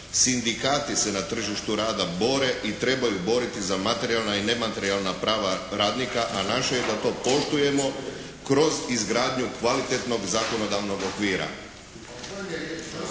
Sindikati se na tržištu rada bore i trebaju boriti za materijalna i nematerijalna prava radnika, a naše je da to poštujemo kroz izgradnju kvalitetnog zakonodavnog okvira.